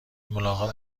ملاقات